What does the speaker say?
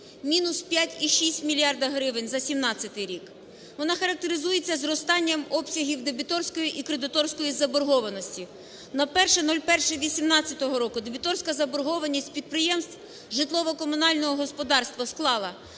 Мінус 5,6 мільярдів гривень за 17-й рік. Вона характеризується зростанням обсягів дебіторської і кредиторської заборгованості. На 01.01.2018 року дебіторська заборгованість підприємств житлово-комунального господарства склала